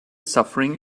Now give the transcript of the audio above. suffering